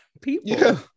people